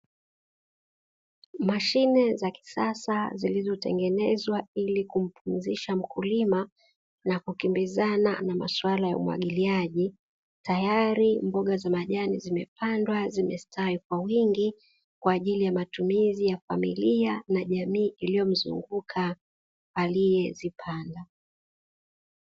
Mashine za kisasa zilzotengenezwa ili kumpumzisha mkulima na kukimbizana na maswala ya umwagiliaji, tayari mboga za majani zimepandwa zimestawi kwa wingi, kwa ajili ya matumizi ya familia na jamii iliyomzunguka aliyezipanda.